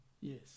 Yes